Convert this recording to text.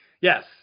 Yes